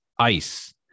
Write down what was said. ice